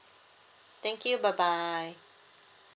thank you bye bye